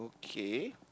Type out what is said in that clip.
okay